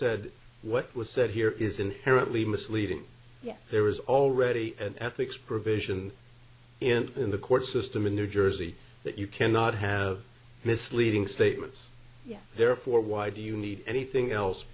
said what was said here is inherently misleading yet there is already an ethics provision in the court system in new jersey that you cannot have misleading statements yes therefore why do you need anything else